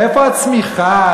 איפה הצמיחה,